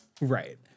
Right